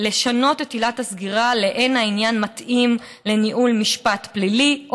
לשנות את עילת הסגירה לאין העניין מתאים לניהול משפט פלילי,